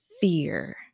fear